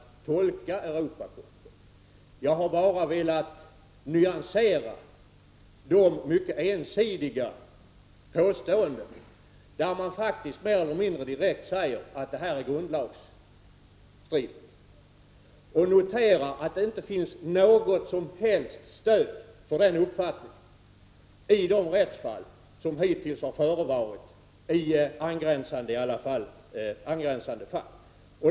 Jag har bara velat nyansera de mycket ensidiga påståendena, i vilka man faktiskt mer eller mindre direkt säger att detta är grundlagsstridigt. Jag noterar att det inte finns något som helst stöd för den uppfattningen i de rättsfall som hittills förevarit i angränsande fall.